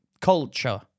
culture